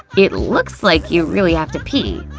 it looks like you really have to pee.